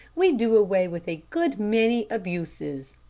we'd do away with a good many abuses.